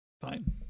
Fine